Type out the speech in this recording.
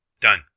done